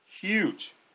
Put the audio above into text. Huge